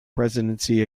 presidency